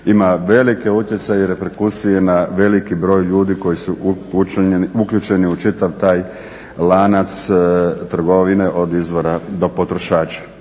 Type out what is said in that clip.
ima veliki utjecaj i reperkusije na veliki broj ljudi koji su uključeni u čitav taj lanac trgovine od izvora do potrošača.